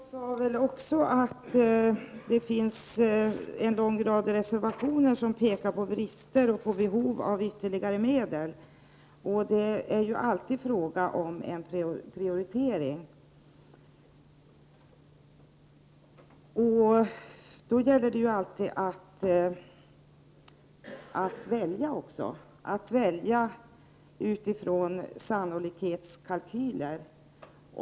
Herr talman! Nej, jag sade väl också att det finns en lång rad reservationer som pekar på brister och på behov av ytterligare medel. Det är alltid fråga om en prioritering. Det gäller alltid att välja och att välja utifrån sannolikhetskalkyler.